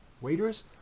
waiters